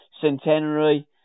Centenary